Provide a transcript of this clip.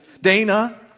dana